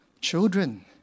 children